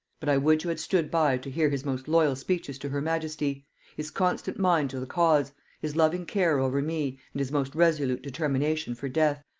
but i would you had stood by to hear his most loyal speeches to her majesty his constant mind to the cause his loving care over me, and his most resolute determination for death,